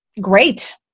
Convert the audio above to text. great